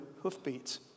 hoofbeats